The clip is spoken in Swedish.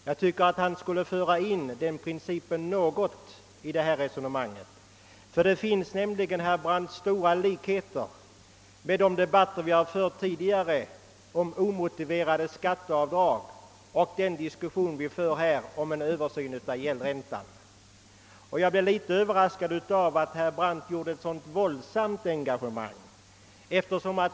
Samma inställning kunde emellertid i någon mån ha kommit till uttryck i det aktuella sammanhanget ty det finns, herr Brandt, stora likheter mellan de tidigare förda debatterna om omotiverade skatteavdrag och dagens diskussion om en översyn av gäldräntan. Jag blev litet överraskad över att herr Brandt engagerade sig så starkt emot motionärernas yrkanden.